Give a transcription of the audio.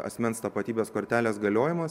asmens tapatybės kortelės galiojimas